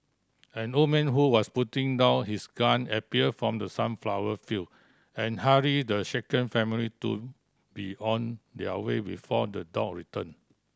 an old man who was putting down his gun appear from the sunflower field and hurry the shaken family to be on their way before the dog return